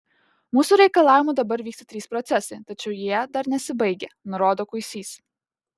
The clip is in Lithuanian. mūsų reikalavimu dabar vyksta trys procesai tačiau jie dar nesibaigę nurodo kuisys